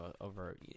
over